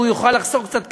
והוא יוכל לחסוך קצת כסף,